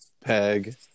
Peg